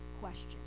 question